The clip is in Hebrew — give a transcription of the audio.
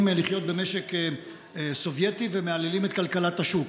לחיות במשק סובייטי ומהללים את כלכלת השוק.